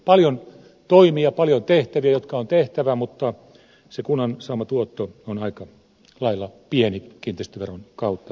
paljon toimia paljon tehtäviä jotka on tehtävä mutta se kunnan saama tuotto on aika lailla pieni sen kiinteistöveron kautta joka tulee